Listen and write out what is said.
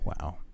Wow